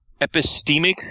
epistemic